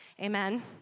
Amen